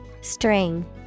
String